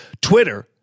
Twitter